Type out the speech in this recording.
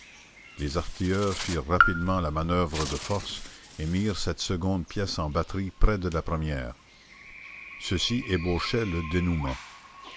les artilleurs firent rapidement la manoeuvre de force et mirent cette seconde pièce en batterie près de la première ceci ébauchait le dénoûment